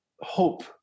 hope